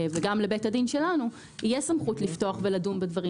גם לבית הדין שלנו תהיה סמכות לפתוח ולדון בדברים.